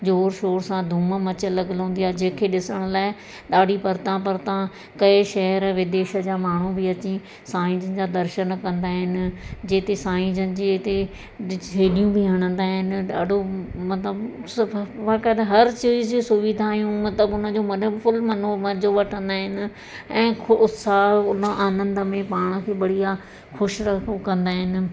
ज़ोरु शोर सां धूम मचल लॻल हूंदी आहे जंहिंखें ॾिसण लाइ ॾाढी परिता परिता कई शहर विदेश जा माण्हू बि अची साईं जन जा दर्शन कंदा आहिनि जेते साईं जन जे इते छेॾियूं बि हणंदा आहिनि ॾाढो मतिलबु हर चीज़ जी सुविधायूं मतिलबु उन जो फुल मनो मज़ो वठंदा आहिनि ऐं को उत्साह उन आनंद में पाण खे बढ़िया ख़ुशि रखूं कंदा आहिनि